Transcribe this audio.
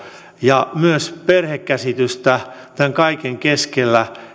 ja myös perhekäsitystä tämän kaiken keskellä että